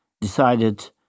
decided